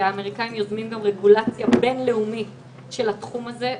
והם יוזמים גם רגולציה בין לאומית של התחום הזה.